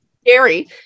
scary